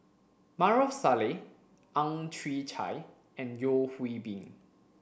Maarof Salleh Ang Chwee Chai and Yeo Hwee Bin